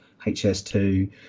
HS2